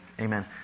Amen